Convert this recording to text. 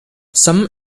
some